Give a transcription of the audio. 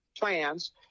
plans